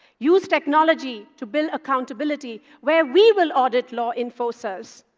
use technology to build accountability where we will audit law enforcers.